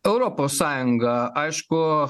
europos sąjunga aišku